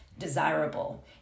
desirable